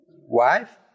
wife